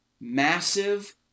massive